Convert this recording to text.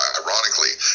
ironically